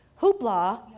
hoopla